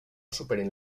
superin